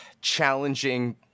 challenging